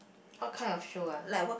what kind of show ah